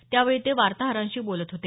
त्यावेळी ते वार्ताहरांशी बोलत होते